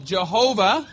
Jehovah